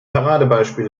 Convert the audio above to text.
paradebeispiel